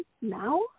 now